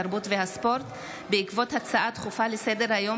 התרבות והספורט בעקבות דיון בהצעה דחופה לסדר-היום